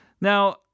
Now